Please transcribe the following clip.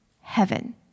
heaven